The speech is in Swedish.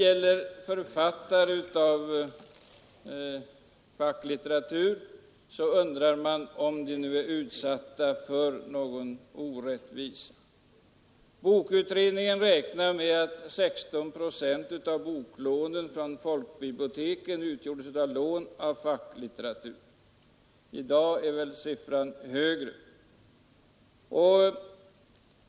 Är författare av facklitteratur utsatta för någon orättvisa, undrar man. Bokutredningen räknar med att 16 procent av boklånen från folkbiblioteken utgjordes av facklitteratur. I dag är väl siffran högre.